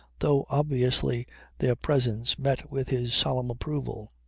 though obviously their presence met with his solemn approval.